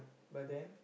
but then